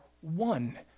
one